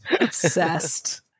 obsessed